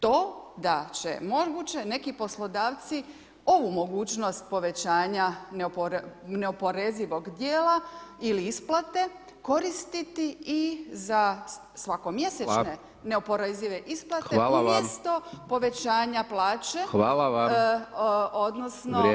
To da će moguće neki poslodavci ovu mogućnost povećanja neoporezivog dijela ili isplate koristiti i za svako mjesečne [[Upadica: Hvala.]] neoporezive isplate [[Upadica: Hvala vam.]] umjesto povećanja plaće [[Upadica: Hvala vam.]] odnosno [[Upadica: Vrijeme.]] Hvala.